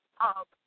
up